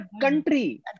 Country